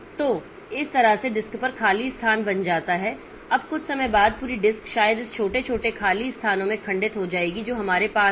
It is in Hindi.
तो तो इस तरह से डिस्क पर खाली स्थान बन जाता है अब कुछ समय बाद पूरी डिस्क शायद इस छोटे छोटे खाली स्थानों में खंडित हो जाएगी जो हमारे पास है